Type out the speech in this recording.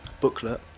booklet